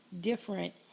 different